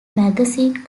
magazine